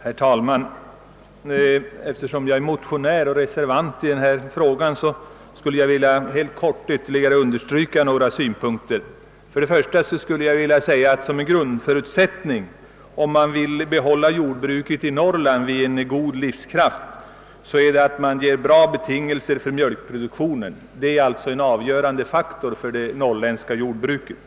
Herr talman! Eftersom jag är motionär och reservant i denna fråga skulle jag helt kortfattat vilja understryka några synpunkter. För det första är det en grundförutsättning, om man vill behålla jordbruket i Norrland vid god livskraft, att erbjuda bra betingelser för mjölkproduktionen. Den är en avgörande faktor i det norrländska jordbruket.